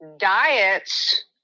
Diets